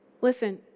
Listen